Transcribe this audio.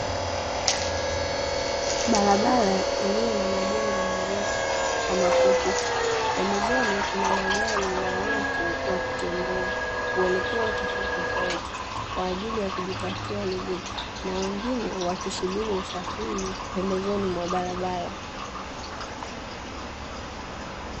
Barabara iliyo na majengo marefu kwa mafupi, pembezoni kwa magari na watu wakitembea uelekeo tofautitofauti kwa ajili kujitafutia riziki, na wengine wakisubiri usafiri pembezoni barabara.